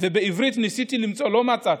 בעברית ניסיתי למצוא, לא מצאתי.